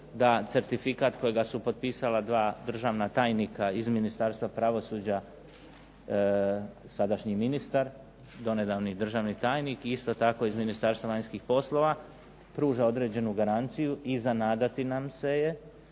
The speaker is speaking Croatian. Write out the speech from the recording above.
da certifikat kojega su potpisala dva državna tajnika iz Ministarstva pravosuđa, sadašnji ministar, donedavni državni tajnik, isto tako iz Ministarstva vanjskih poslova, pruža određenu garanciju i za nadati nam se je